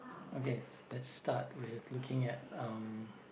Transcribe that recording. okay let's start with looking at um